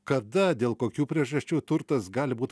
kada dėl kokių priežasčių turtas gali būt